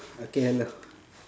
okay hello